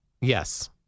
Yes